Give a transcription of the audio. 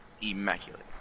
immaculate